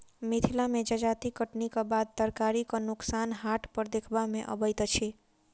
मिथिला मे जजाति कटनीक बाद तरकारीक नोकसान हाट पर देखबा मे अबैत अछि